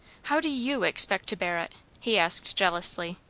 how do you expect to bear it? he asked jealously.